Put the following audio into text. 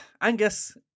Angus